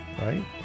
Right